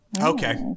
Okay